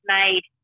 made